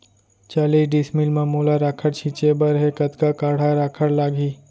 चालीस डिसमिल म मोला राखड़ छिंचे बर हे कतका काठा राखड़ लागही?